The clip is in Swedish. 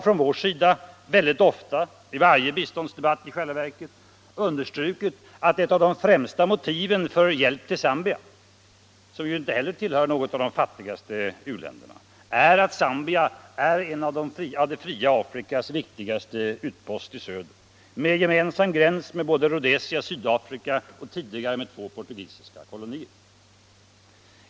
Från vår sida har väldigt ofta understrukits att ett av de främsta motiven för hjälp till Zambia, som ju inte heller tillhör de fattigaste u-länderna, är att Zambia är en av det fria Afrikas viktigaste utposter i söder med gräns mot både Rhodesia och Sydafrika och tidigare mot två portugisiska kolonier.